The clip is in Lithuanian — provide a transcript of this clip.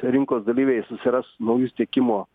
rinkos dalyviai susiras naujus tiekimo